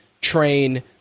train